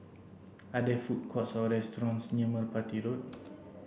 are there food courts or restaurants near Merpati Road